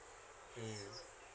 mm